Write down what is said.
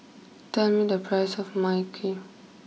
tell me the price of my Kee